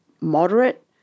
moderate